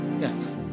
yes